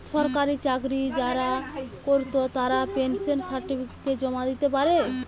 সরকারি চাকরি যারা কোরত তারা পেনশন সার্টিফিকেট জমা দিতে পারে